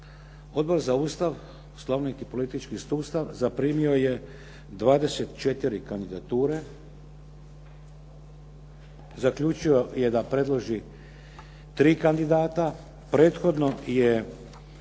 Odbora za Ustav, Poslovnik i politički sustav zaprimio je 24 kandidature, zaključio je da predloži 3 kandidata, prethodno je